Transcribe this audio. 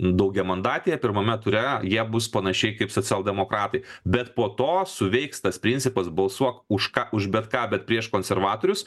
daugiamandatėje pirmame ture jie bus panašiai kaip socialdemokratai bet po to suveiks tas principas balsuok už ką už bet ką bet prieš konservatorius